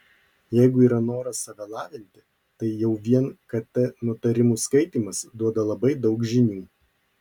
jeigu yra noras save lavinti tai jau vien kt nutarimų skaitymas duoda labai daug žinių